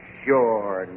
sure